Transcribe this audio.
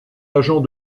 agent